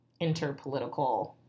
interpolitical